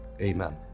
Amen